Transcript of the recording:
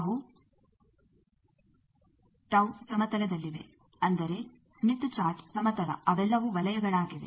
ಅವು ಸಮತಲದಲ್ಲಿವೆ ಅಂದರೆ ಸ್ಮಿತ್ ಚಾರ್ಟ್ ಸಮತಲ ಅವೆಲ್ಲವೂ ವಲಯಗಳಾಗಿವೆ